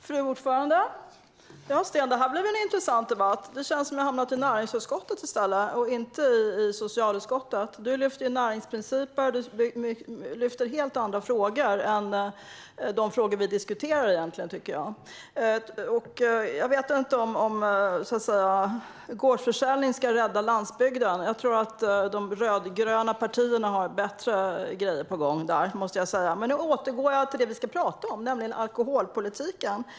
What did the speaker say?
Fru talman! Ja, Sten, det här blev en intressant debatt. Det känns som att jag har hamnat i näringsutskottet och inte i socialutskottet. Du lyfter upp näringsprinciper och helt andra frågor än de frågor vi debatterar. Jag vet inte om gårdsförsäljning kan rädda landsbygden. Jag tror att de rödgröna partierna har bättre grejer på gång. Men nu återgår jag till det vi ska tala om, nämligen alkoholpolitiken.